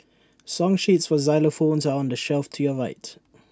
song sheets for xylophones are on the shelf to your right